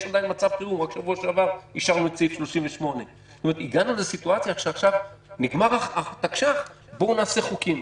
יש עדיין מצב חירום ורק בשבוע שעבר אישרנו את סעיף 38. הגענו לסיטואציה שאומרים: נגמר התקש"ח בואו נחוקק חוקים.